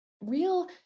real